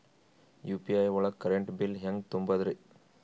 UPI ಒಳಗ current bill ಹೆಂಗ್ ತುಂಬದ್ರಿ?